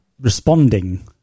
responding